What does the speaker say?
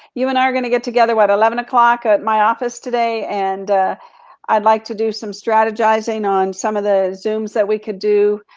you and i are gonna get together what? eleven o'clock at my office today, and i'd like to do some strategizing, on some of the zooms that we could do,